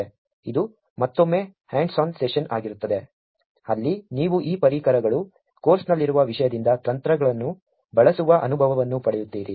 ಇದು ಮತ್ತೊಮ್ಮೆ hands on session ಆಗಿರುತ್ತದೆ ಅಲ್ಲಿ ನೀವು ಈ ಪರಿಕರಗಳು ಕೋರ್ಸ್ನಲ್ಲಿರುವ ವಿಷಯದಿಂದ ತಂತ್ರಗಳನ್ನು ಬಳಸುವ ಅನುಭವವನ್ನು ಪಡೆಯುತ್ತೀರಿ